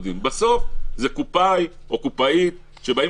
בסוף מדובר על קופאי או קופאית שבאים